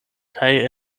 kaj